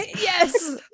yes